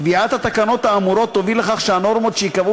קביעת התקנות האמורות תוביל לכך שהנורמות שייקבעו